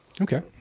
Okay